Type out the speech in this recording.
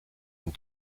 and